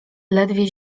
ledwie